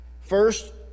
First